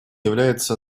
является